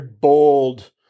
bold